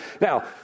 Now